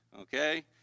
Okay